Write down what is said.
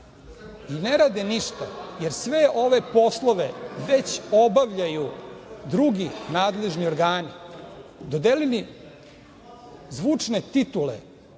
ne rade ništa, jer sve ove poslove već obavljaju drugi nadležni organi dodelili zvučne titule